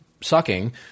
sucking